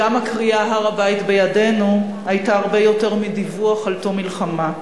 גם הקריאה "הר-הבית בידינו" היתה הרבה יותר מדיווח על תום מלחמה,